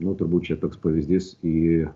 nu turbūt čia toks pavyzdys į